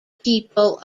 people